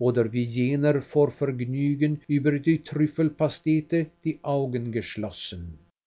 oder wie jener vor vergnügen über die trüffelpastete die augen geschlossen